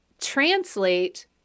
translate